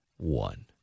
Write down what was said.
one